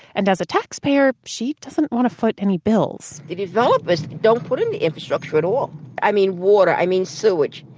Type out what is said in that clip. and, as a taxpayer, she doesn't want to foot and the bills the developers don't put in the infrastructure at all i mean water, i mean sewage,